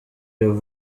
your